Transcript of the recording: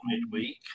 midweek